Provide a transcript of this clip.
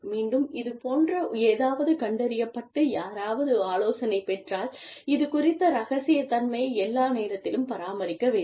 மீண்டும் இதுபோன்ற ஏதாவது கண்டறியப்பட்டு யாராவது ஆலோசனை பெற்றால் இது குறித்த இரகசியத்தன்மையை எல்லா நேரத்திலும் பராமரிக்க வேண்டும்